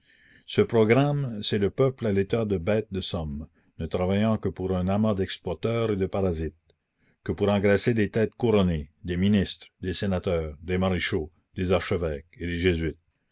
ce programme c'est le peuple à l'état de bête de somme ne travaillant que pour un amas d'exploiteurs et de parasites que pour engraisser des têtes couronnées des ministres des sénateurs des maréchaux des archevêques et